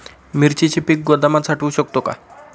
मिरचीचे पीक गोदामात साठवू शकतो का?